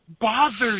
bothers